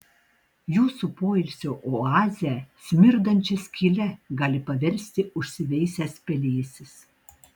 jūsų poilsio oazę smirdančia skyle gali paversti užsiveisęs pelėsis